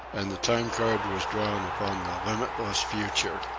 and the time-card was drawn upon the limitless future.